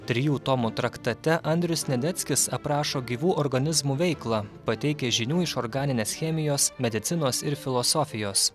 trijų tomų traktate andrius sniadeckis aprašo gyvų organizmų veiklą pateikia žinių iš organinės chemijos medicinos ir filosofijos